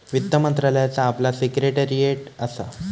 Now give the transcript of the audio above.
वित्त मंत्रालयाचा आपला सिक्रेटेरीयेट असा